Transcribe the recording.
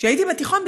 כשהייתי בתיכון,